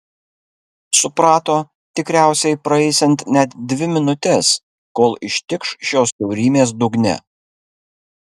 suprato tikriausiai praeisiant net dvi minutes kol ištikš šios kiaurymės dugne